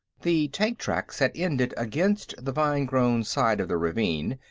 the tank-tracks had ended against the vine-grown side of the ravine,